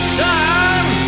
time